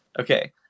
Okay